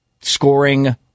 scoring